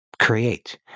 Create